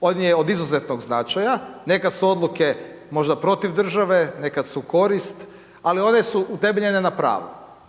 on je od izuzetnog značaja, nekad su odluke možda protiv države, nekad su korist, ali one su utemeljene na pravu,